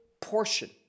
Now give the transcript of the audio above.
portion